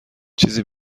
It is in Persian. چیزی